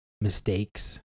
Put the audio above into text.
mistakes